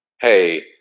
hey